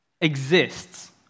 exists